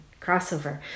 crossover